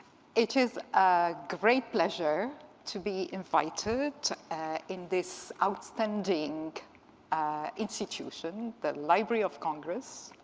it is a great pleasure to be invited in this outstanding institution, the library of congress,